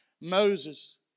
Moses